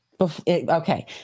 Okay